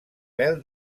vel